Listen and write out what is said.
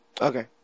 Okay